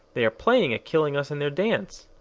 they are playing at killing us in their dance.